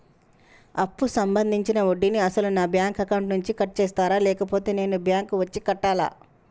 అప్పు సంబంధించిన వడ్డీని అసలు నా బ్యాంక్ అకౌంట్ నుంచి కట్ చేస్తారా లేకపోతే నేను బ్యాంకు వచ్చి కట్టాలా?